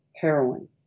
heroin